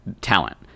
talent